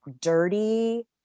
dirty